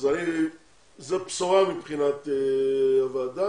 זו בשורה מבחינת הוועדה,